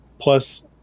plus